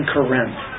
Corinth